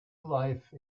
life